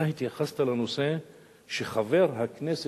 אתה התייחסת לנושא שחבר הכנסת,